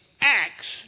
acts